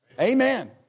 Amen